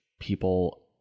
people